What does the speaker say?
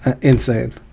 Insane